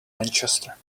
manchester